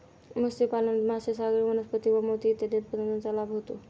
मत्स्यपालनात मासे, सागरी वनस्पती व मोती इत्यादी उत्पादनांचा लाभ होतो